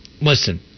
Listen